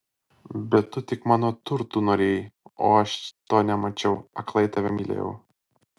bet tu tik mano turtų norėjai o aš to nemačiau aklai tave mylėjau